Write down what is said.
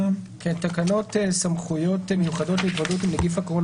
תקנות סמכויות מיוחדות להתמודדות עם נגיף הקורונה